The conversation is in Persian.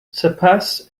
سپس